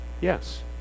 Yes